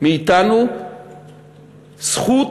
זכות